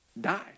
die